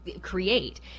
create